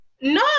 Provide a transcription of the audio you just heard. no